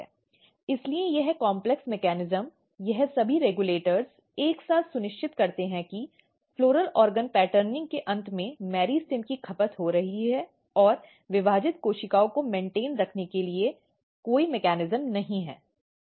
इसलिए यह complex mechanism यह सभी रेगुलेटर एक साथ सुनिश्चित करते हैं कि फ़्लॉरल ऑर्गन पैटर्निंग के अंत में मेरिस्टेमmeristems की खपत हो रही है और विभाजित कोशिकाओं को मेंटेन रखने के लिए कोई मेकॅनिज्म नहीं है